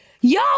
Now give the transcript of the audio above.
Yo